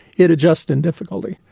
it adjusts in difficulty,